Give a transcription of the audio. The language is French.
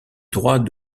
droit